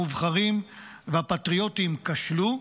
המובחרים והפטריוטים כשלו,